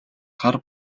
хар